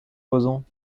posons